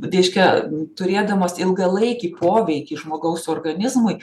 reiškia turėdamos ilgalaikį poveikį žmogaus organizmui